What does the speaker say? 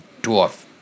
dwarf